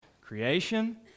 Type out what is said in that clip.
creation